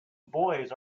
boys